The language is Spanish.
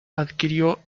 adquirió